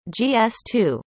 GS2